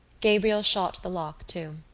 gabriel shot the lock to.